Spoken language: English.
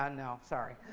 ah, no. sorry.